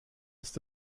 ist